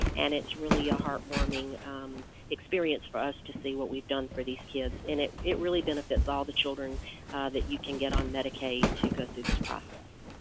and it's really a heartwarming experience for us to see what we've done for these kids. and it it really benefits all the children that you can get on medicaid to go through this process.